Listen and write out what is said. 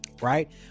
right